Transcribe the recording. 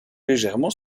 légèrement